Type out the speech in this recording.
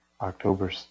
october